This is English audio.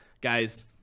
guys